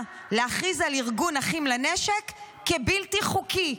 להכריז על ארגון אחים לנשק כבלתי חוקי.